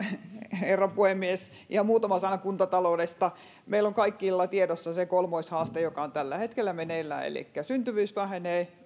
herra puhemies ihan muutama sana kuntataloudesta meillä on kaikilla tiedossa se kolmoishaaste joka on tällä hetkellä meneillään elikkä syntyvyys vähenee